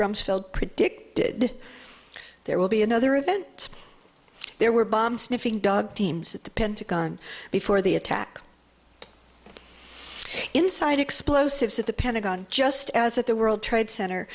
rumsfeld predicted there will be another event there were bomb sniffing dog teams at the pentagon before the attack inside explosives at the pentagon just as at the world trade cent